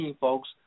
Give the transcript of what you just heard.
folks